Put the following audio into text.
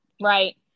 Right